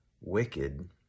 wicked